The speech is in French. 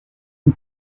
une